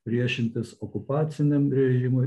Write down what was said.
priešintis okupaciniam režimui